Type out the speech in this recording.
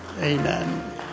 amen